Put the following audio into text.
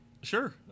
Sure